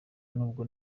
n’ubwo